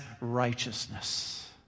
righteousness